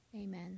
Amen